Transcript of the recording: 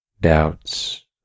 Doubts